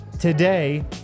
today